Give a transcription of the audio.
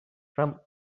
from